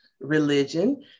religion